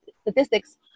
statistics